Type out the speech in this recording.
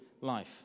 life